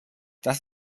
das